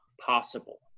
possible